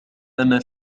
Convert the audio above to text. أنا